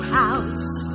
house